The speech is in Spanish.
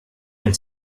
del